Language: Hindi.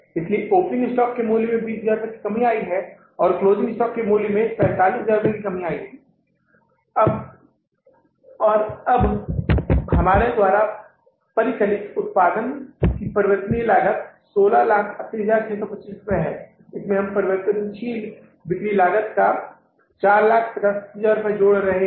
इसलिए ओपनिंग स्टॉक के मूल्य में 20000 की कमी आई है और क्लोजिंग स्टॉक के मूल्य में 45000 की कमी आई है और अब हमारे द्वारा परिकलित उत्पादन की परिवर्तनीय लागत 1680625 है इसमें हम परिवर्तनशील बिक्री लागत का 450000 रुपये जोड़ रहे हैं